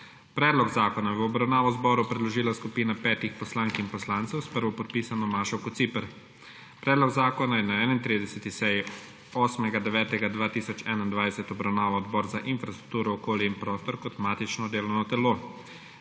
Predlog zakona je v obravnavo zboru predložila skupina petih poslank in poslancev s prvopodpisano Mašo Kociper. Predlog zakona je na 31. seji 8. 9. 2021 obravnaval Odbor za infrastrukturo, okolje in prostor kot matično delovno telo.